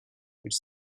which